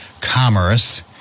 commerce